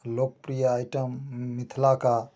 लोकप्रिय आइटम मिथिला का